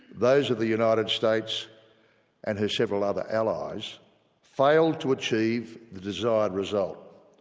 those of the united states and her several other allies failed to achieve the desired result.